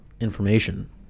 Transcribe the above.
information